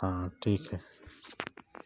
हाँ ठीक है